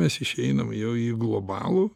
mes išeinam jau į globalų